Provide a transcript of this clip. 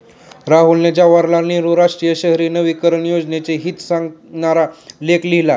राहुलने जवाहरलाल नेहरू राष्ट्रीय शहरी नवीकरण योजनेचे हित सांगणारा लेख लिहिला